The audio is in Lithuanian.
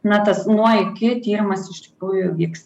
na tas nuo iki tyrimas iš tikrųjų vyksta